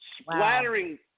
Splattering